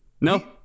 no